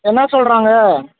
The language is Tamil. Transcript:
என்ன சொல்கிறாங்க